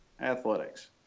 athletics